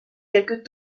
quelques